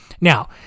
Now